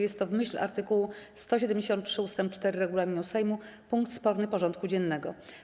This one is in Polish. Jest to, w myśl art. 173 ust. 4 regulaminu Sejmu, punkt sporny porządku dziennego.